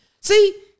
See